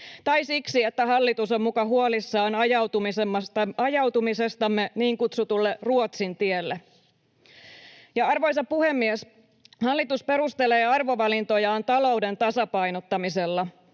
tai siksi, että hallitus on muka huolissaan ajautumisestamme niin kutsutulle Ruotsin tielle. Arvoisa puhemies! Hallitus perustelee arvovalintojaan talouden tasapainottamisella,